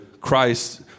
Christ